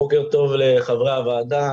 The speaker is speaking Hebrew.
בוקר טוב לחברי הוועדה,